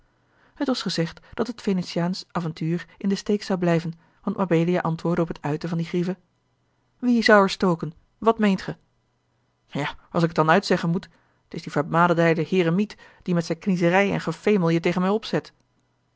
het was gezegd dat het venetiaansch avontuur in den steek zou blijven want mabelia antwoordde op het uiten van die grieve wie zou er stoken wat meent gij ja als ik het dan uitzeggen moet t is die vermaledijde heremiet die met zijn kniezerij en gefemel je tegen mij opzet